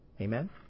Amen